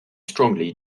strongly